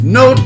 no